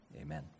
amen